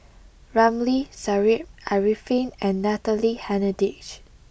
Ramli Sarip Arifin and Natalie Hennedige